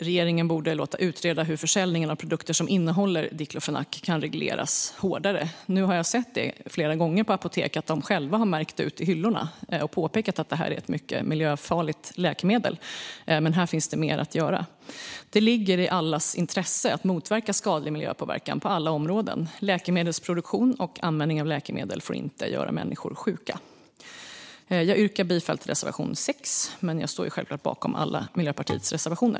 Regeringen borde låta utreda hur försäljningen av produkter som innehåller diklofenak kan regleras hårdare. Nu har jag sett flera gånger på apoteket att de själva har märkt hyllorna och påpekat att det här är ett mycket miljöfarligt läkemedel, men här finns det mer att göra. Det ligger i allas intresse att motverka skadlig miljöpåverkan på alla områden. Läkemedelsproduktion och användning av läkemedel får inte göra människor sjuka. Jag yrkar bifall till reservation 6 men står självklart bakom alla Miljöpartiets reservationer.